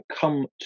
come